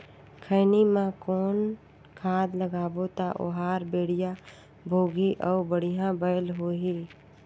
खैनी मा कौन खाद लगाबो ता ओहार बेडिया भोगही अउ बढ़िया बैल होही?